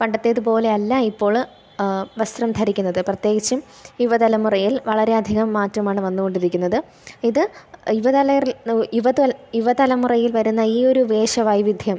പണ്ടത്തേത് പോലെയല്ല ഇപ്പോൾ വസ്ത്രം ധരിക്കുന്നത് പ്രത്യേകിച്ചും യുവതലമുറയിൽ വളരെ അധികം മാറ്റമാണ് വന്ന് കൊണ്ടിരിക്കുന്നത് ഇത് യുവതലമുറയിൽ വരുന്ന ഈ ഒരു വേഷവൈവിധ്യം